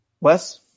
Wes